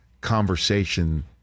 conversation